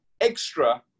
extra